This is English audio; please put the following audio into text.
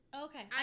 okay